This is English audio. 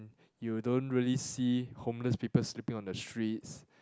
you don't really see homeless people sleeping on the streets